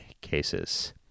cases